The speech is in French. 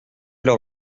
leur